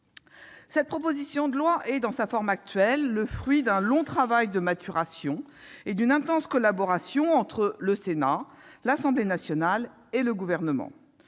Cette proposition de loi est, dans sa forme actuelle, le fruit d'un long travail de maturation et d'une intense collaboration entre le Sénat, l'Assemblée nationale et le Gouvernement.